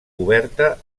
coberta